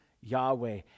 Yahweh